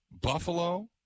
Buffalo